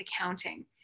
accounting